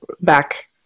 back